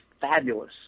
fabulous